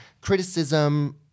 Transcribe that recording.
criticism